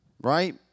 right